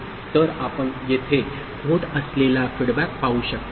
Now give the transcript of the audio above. तर आपण येथे होत असलेला फीडबॅक पाहू शकता